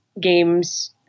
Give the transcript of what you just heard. games